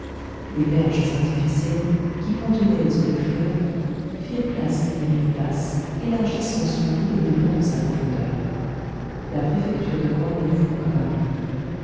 les berges artificielles qui contenaient les eaux du fleuve firent place à des rives basses élargissant son lit aux dépens de sa profondeur la préfecture de guan lo fou apparut